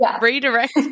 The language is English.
redirect